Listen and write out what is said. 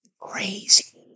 Crazy